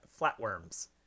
flatworms